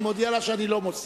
אני מודיע לה שאני לא מוסיף.